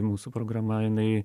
mūsų programa jinai